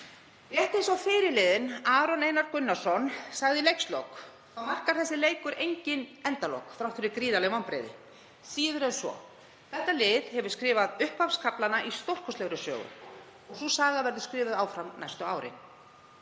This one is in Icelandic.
eins og fyrirliðinn Aron Einar Gunnarsson sagði í leikslok markar þessi leikur engin endalok þrátt fyrir gríðarleg vonbrigði, síður en svo. Þetta lið hefur skrifað upphafskaflana í stórkostlegri sögu og sú saga verður skrifuð áfram næstu árin.